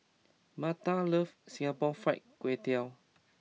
Maida loves Singapore Fried Kway Tiao